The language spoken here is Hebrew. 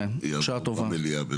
בשעה טובה.